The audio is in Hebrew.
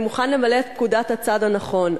אני מוכן למלא את פקודת הצד הנכון.